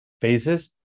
phases